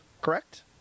correct